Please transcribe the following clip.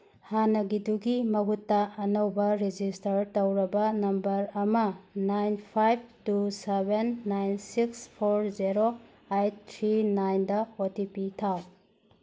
ꯍꯥꯟꯅꯒꯤꯗꯨꯒꯤ ꯃꯍꯨꯠꯇ ꯑꯅꯧꯕ ꯔꯦꯖꯤꯁꯇꯔ ꯇꯧꯔꯕ ꯅꯝꯕꯔ ꯑꯃ nine five two seven nine six four zero eight three ꯅꯥꯏꯟꯗ ꯑꯣ ꯇꯤ ꯄꯤ ꯊꯥꯎ